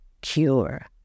cure